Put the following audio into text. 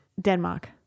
denmark